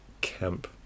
camp